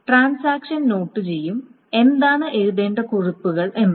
transaction note ചെയ്യും എന്താണ് എഴുതേണ്ട കുറിപ്പുകൾ എന്ന്